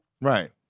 right